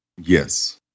Yes